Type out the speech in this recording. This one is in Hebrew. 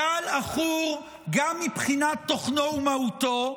גל עכור גם מבחינת תוכנו ומהותו,